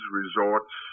resorts